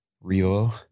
Rio